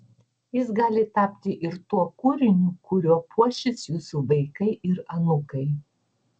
jis gali tapti ir tuo kūriniu kuriuo puošis jūsų vaikai ir anūkai